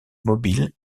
mobile